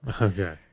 Okay